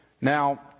Now